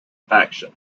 faction